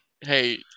Hey